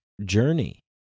journey